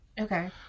Okay